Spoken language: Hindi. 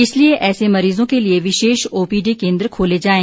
इसलिए ऐसे मरीजों के लिए विशेष ओपीडी केंद्र खोले जाएं